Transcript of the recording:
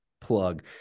plug